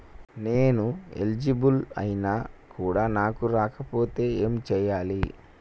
నేను ఎలిజిబుల్ ఐనా కూడా నాకు రాకపోతే ఏం చేయాలి?